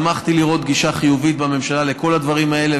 שמחתי לראות גישה חיובית בממשלה לכל הדברים האלה.